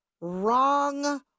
wrong